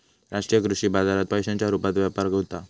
राष्ट्रीय कृषी बाजारात पैशांच्या रुपात व्यापार होता